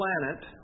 planet